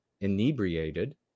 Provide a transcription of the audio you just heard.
inebriated